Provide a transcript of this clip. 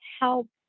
help